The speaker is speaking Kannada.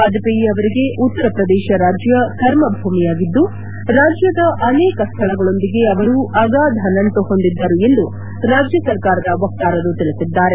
ವಾಜಪೇಯಿ ಅವರಿಗೆ ಉತ್ತರಪ್ರದೇಶ ರಾಜ್ಯ ಕರ್ಮಭೂಮಿಯಾಗಿದ್ದು ರಾಜ್ಯದ ಅನೇಕ ಸ್ಥಳಗಳೊಂದಿಗೆ ಅವರು ಅಗಾಧ ನಂಟು ಹೊಂದಿದ್ದರು ಎಂದು ರಾಜ್ಯ ಸರ್ಕಾರದ ವಕ್ತಾರರು ತಿಳಿಸಿದ್ದಾರೆ